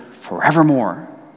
forevermore